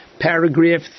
paragraph